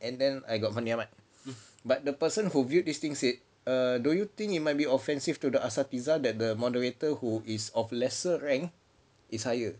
and then I got fandi ahmad but the person who viewed this thing said err do you think it might be offensive to the asatizah that the moderator who is of lesser rank is higher